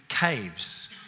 caves